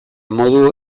modu